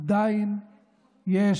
עדיין יש